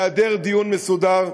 בהיעדר דיון מסודר,